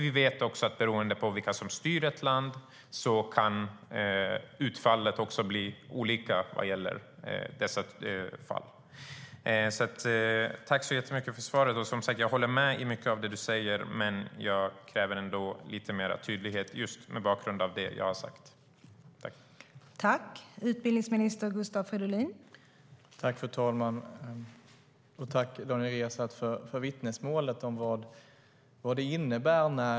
Vi vet att beroende på vilka som styr ett land kan utfallet bli olika vad gäller dessa frågor. Tack så mycket för svaret! Jag håller med om mycket av det du säger, Gustav Fridolin, men jag kräver ändå lite mer tydlighet mot bakgrund av vad jag har berättat.